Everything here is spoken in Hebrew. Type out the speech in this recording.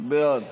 בעד